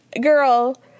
girl